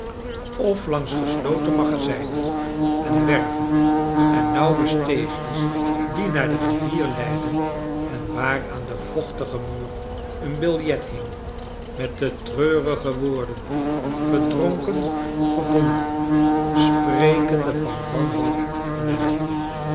langs gesloteu magazijnen en werven en nauwe steegjes die naar de rivier ieidden en waar aan den vochtigen muur een biljet hing met de treurige woorden verdronken gevonden sprekende van wanhoop en ellende